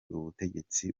ubutegetsi